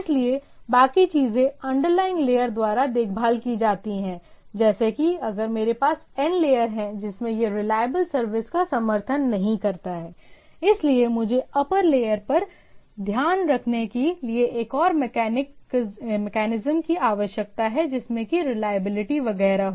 इसलिए बाकी चीजें अंडरलाइनग लेयर द्वारा देखभाल की जाती हैं जैसे कि अगर मेरे पास n लेयर है जिसमें यह रिलाएबल सर्विस का समर्थन नहीं करता है इसलिए मुझे अपर प्लेयर पर ध्यान रखने के लिए एक और मेकैनिज्म की आवश्यकता है जिसमें की रिलायबिलिटी वगैरह हो